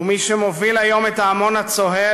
ומי שמוביל היום את ההמון הצוהל,